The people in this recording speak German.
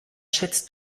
schätzt